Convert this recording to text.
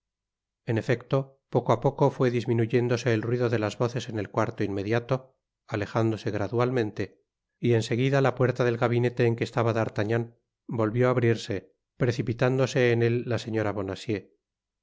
en efecto poco á poco fué disminuyéndose el ruido de las voces en el cuarto inmediato alejándose gradualmente y en seguida la puerta del gabinete en que estaba d'artagnan volvió á abrirse precipitándose en él la señora bonacienx